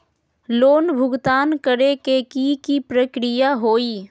Loan भुगतान करे के की की प्रक्रिया होई?